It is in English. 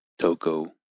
Toko